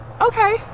Okay